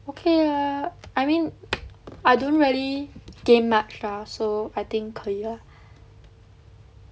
okay lah I mean I don't really game much ah so I think 可以